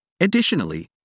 Additionally